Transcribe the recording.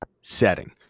setting